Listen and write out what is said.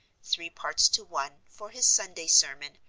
three parts to one, for his sunday sermon,